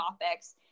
topics